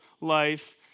life